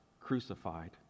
crucified